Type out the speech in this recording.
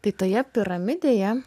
tai toje piramidėje